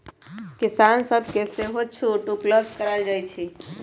किसान सभके सेहो छुट उपलब्ध करायल जाइ छइ